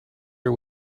her